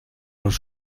les